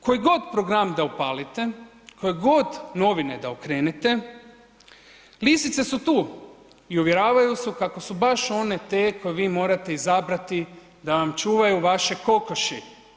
Kojigod program da upalite, kojegod novine da okrenete lisice su tu i uvjeravaju vas kako su baš one te koje vi morate izabrati da vam čuvaju vaše kokoši.